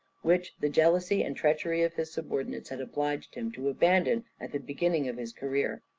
which the jealousy and treachery of his subordinates had obliged him to abandon at the beginning of his career,